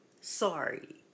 sorry